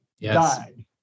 died